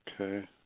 okay